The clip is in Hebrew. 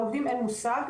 לעובדים אין מושג,